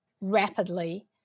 rapidly